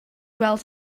weld